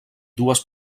dues